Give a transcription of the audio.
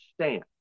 Stand